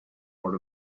part